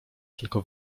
tylko